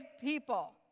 people